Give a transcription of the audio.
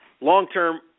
long-term